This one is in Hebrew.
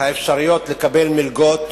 האפשרויות לקבל מלגות